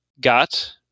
got